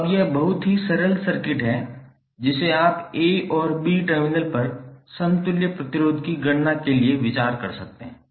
तो अब यह बहुत ही सरल सर्किट है जिसे आप a और b टर्मिनल पर समतुल्य प्रतिरोध की गणना के लिए विचार कर सकते हैं